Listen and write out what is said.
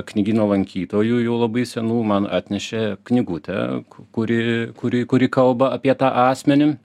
knygyno lankytojų jau labai senų man atnešė knygutę kuri kuri kuri kalba apie tą asmenį